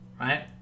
right